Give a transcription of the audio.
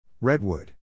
Redwood